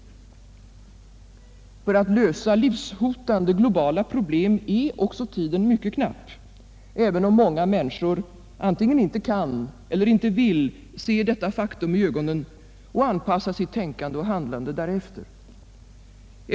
För att lösa livshotande globala problem är tiden också mycket knapp, även om många människor antingen inte kan eller inte vill se detta faktum i ögonen och anpassa sitt tänkande och handlande därefter.